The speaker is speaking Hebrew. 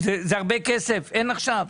זה הרבה כסף, אין עכשיו?